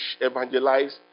evangelize